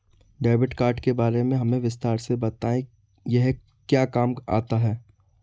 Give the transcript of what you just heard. Debit card के बारे में हमें विस्तार से बताएं यह क्या काम आता है?